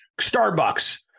Starbucks